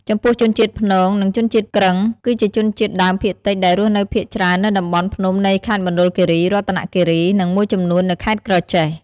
ចំពោះជនជាតិព្នង និងជនជាតិគ្រឹង គឺជាជនជាតិដើមភាគតិចដែលរស់នៅភាគច្រើននៅតំបន់ភ្នំនៃខេត្តមណ្ឌលគិរី រតនគិរី និងមួយចំនួននៅខេត្តក្រចេះ។